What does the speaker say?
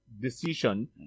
decision